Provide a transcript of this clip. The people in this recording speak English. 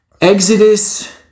Exodus